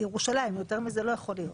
ירושלים, יותר מזה לא יכול להיות.